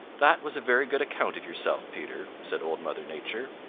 that was a very good account of yourself, peter, said old mother nature.